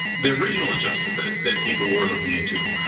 the original injustice that that people were looking into.